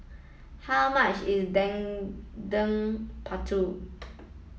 how much is Dendeng Paru